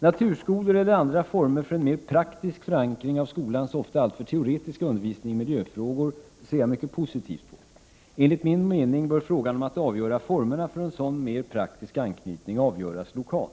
Naturskolor eller andra former för en mer praktisk förankring av skolans ofta alltför teoretiska undervisning av miljöfrågor ser jag mycket positivt på. Enligt min mening bör frågan om att avgöra formerna för en sådan mer praktiskt anknytning avgöras lokalt.